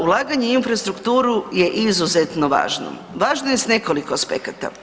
Ulaganje u infrastrukturu je izuzetno važno, važno je s nekoliko aspekata.